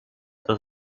does